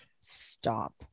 Stop